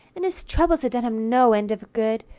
and his troubles had done him no end of good,